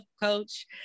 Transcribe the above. coach